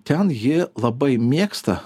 ten jie labai mėgsta